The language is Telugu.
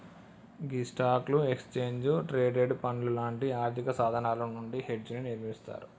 గీ స్టాక్లు, ఎక్స్చేంజ్ ట్రేడెడ్ పండ్లు లాంటి ఆర్థిక సాధనాలు నుండి హెడ్జ్ ని నిర్మిస్తారు